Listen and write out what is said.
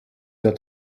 der